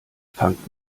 fangt